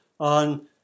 on